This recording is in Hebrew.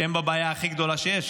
שהם בבעיה הכי גדולה שיש,